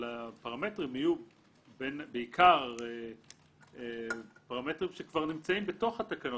אבל הפרמטרים היו בעיקר פרמטרים שכבר נמצאים בתוך התקנות,